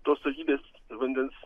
tos savybės vandens